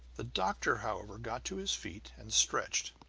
the doctor, however, got to his feet and stretched.